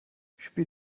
spiel